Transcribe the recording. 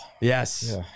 Yes